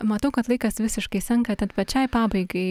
matau kad laikas visiškai senka tad pačiai pabaigai